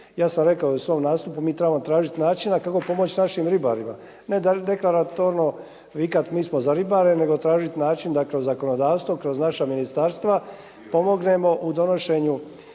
ja sam rekao i svom nastupu, mi trebamo tražiti načina kako pomoći našim ribarima, ne deklaratorno vikat mi smo za ribare nego tražiti način da kroz zakonodavstvo, kroz naša ministarstva pomognemo u donošenju